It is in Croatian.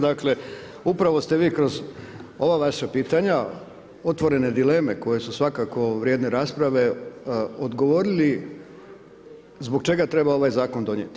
Dakle, upravo ste vi kroz ova vaša pitanja, otvorene dileme koje su svakako vrijedne rasprave odgovorili zbog čega treba ovaj zakon donijeti.